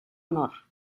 honor